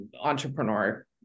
entrepreneur